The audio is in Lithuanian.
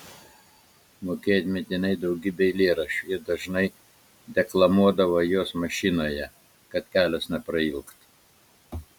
mokėjo atmintinai daugybę eilėraščių ir dažnai deklamuodavo juos mašinoje kad kelias neprailgtų